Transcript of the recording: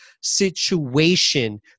situation